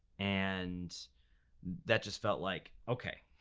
and that just felt like, okay.